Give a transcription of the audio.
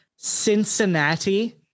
Cincinnati